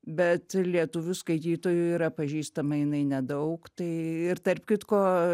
bet lietuvių skaitytojui yra pažįstama jinai nedaug tai ir tarp kitko